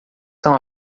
são